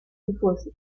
tifosi